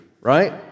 right